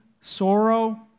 sorrow